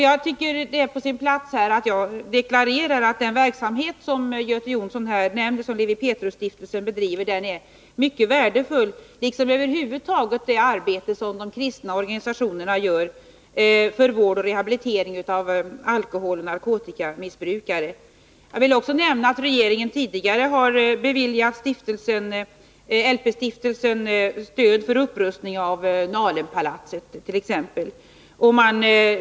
Det är på sin plats att jag här deklarerar att den verksamhet som Lewi Pethrus stiftelse bedriver, och som Göte Jonsson nämnde, är mycket värdefull, liksom det arbete över huvud taget är som de kristna organisationerna gör för vård och rehabilitering av alkoholoch narkotikamissbrukare. Jag vill också nämna att regeringen tidigare har beviljat LP-stiftelsen stöd för t.ex. upprustning av Nalenpalatset.